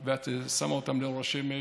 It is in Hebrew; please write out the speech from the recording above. ואת שמה אותם באור השמש,